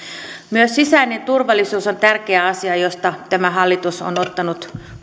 myös sisäinen turvallisuus on tärkeä asia josta tämä hallitus on ottanut